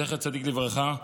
זכר צדיק לברכה,